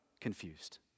confused